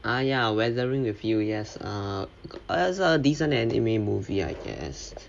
ah ya weathering with you yes err it's a decent anime movie I guess